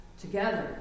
Together